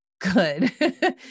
good